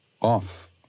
Off